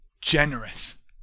generous